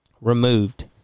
removed